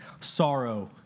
sorrow